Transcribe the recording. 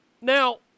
Now